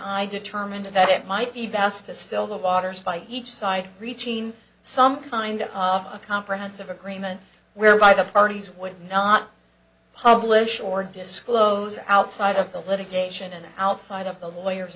i determined that it might be best to still the waters by each side reaching some kind of a comprehensive agreement whereby the parties would not publish or disclose outside of the litigation and outside of the lawyers